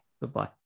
Goodbye